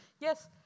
Yes